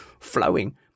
flowing